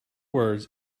words